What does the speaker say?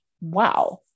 Wow